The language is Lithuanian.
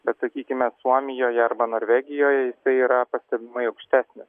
bet sakykime suomijoje arba norvegijoj yra pastebimai aukštesnis